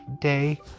day